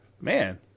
man